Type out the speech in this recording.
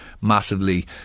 massively